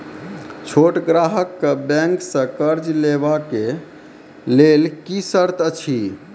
छोट ग्राहक कअ बैंक सऽ कर्ज लेवाक लेल की सर्त अछि?